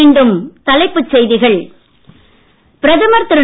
மீண்டும் தலைப்புச் செய்திகள் பிரதமர் திரு